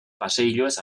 paseilloez